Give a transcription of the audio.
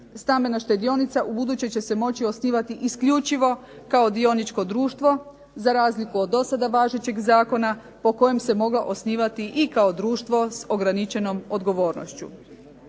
stambena štedionica ubuduće će se moći osnivati isključivo kao dioničko društvo za razliku od do sada važećeg zakona po kojem se mogla osnivati i kao društvo s ograničenom odgovornošću.